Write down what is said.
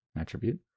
attribute